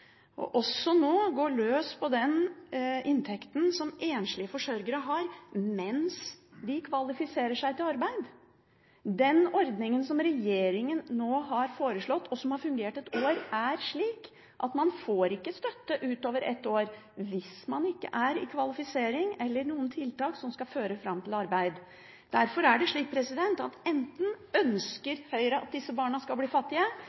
nå også går løs på den inntekten enslige forsørgere har mens de kvalifiserer seg til arbeid. Den ordningen som regjeringen nå har foreslått, og som har fungert i ett år, er slik at man ikke får støtte utover ett år, hvis man ikke er i kvalifisering eller på tiltak som skal føre fram til arbeid. Derfor er det slik at enten ønsker Høyre at disse barna skal bli fattige,